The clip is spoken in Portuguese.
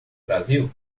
brasil